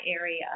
area